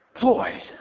Boy